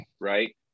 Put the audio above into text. right